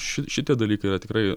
ši šitie dalykai yra tikrai